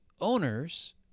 owners